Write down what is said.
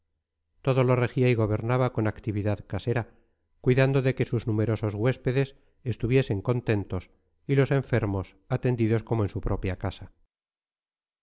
todo lo regía y gobernaba con actividad casera cuidando de que sus numerosos huéspedes estuviesen contentos y los enfermos atendidos como en su propia casa